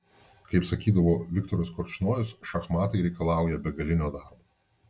kaip sakydavo viktoras korčnojus šachmatai reikalauja begalinio darbo